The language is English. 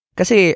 kasi